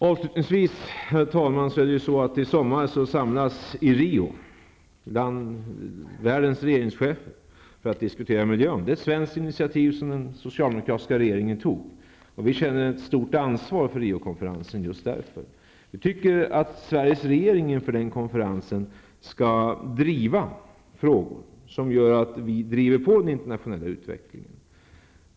Avslutningsvis, herr talman, vill jag påminna om att världens i sommar möts regeringschefer i Rio för att diskutera miljön. Det är ett svenskt initiativ som den socialdemokratiska regeringen tog. Vi känner ett stort ansvar för Riokonferensen just därför. Vi tycker att Sveriges regering inför den konferensen skall driva frågor som gör att vi driver på den internationella utvecklingen.